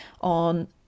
on